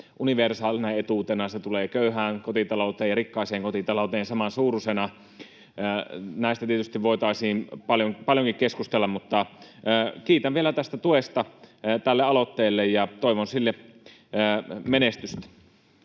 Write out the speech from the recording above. universaalina etuutena, joka tulee köyhään kotitalouteen ja rikkaaseen kotitalouteen samansuuruisena, ja näistä tietysti voitaisiin paljonkin keskustella. — Kiitän vielä tuesta tälle aloitteelle ja toivon sille menestystä.